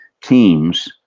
teams